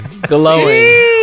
Glowing